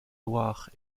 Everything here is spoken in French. loire